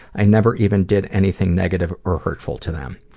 i never even did anything negative or hurtful to them.